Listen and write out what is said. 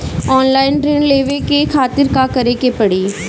Online ऋण लेवे के खातिर का करे के पड़ी?